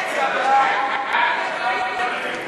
הצעת החוק עברה